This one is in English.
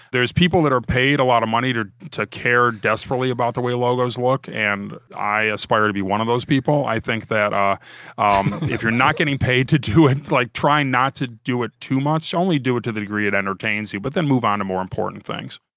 there's people that are paid a lot of money to to care desperately about the way logos look, and i aspire to be one of those people. i think that um if you're not getting paid to do it, like try not to do it too much. only do it to the degree it entertains you, but then move on to more important things